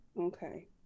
okay